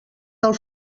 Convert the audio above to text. del